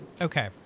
Okay